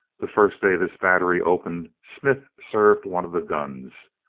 the first day this battery opened smith served one of the guns.